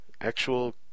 actual